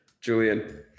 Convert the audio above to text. Julian